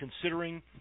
considering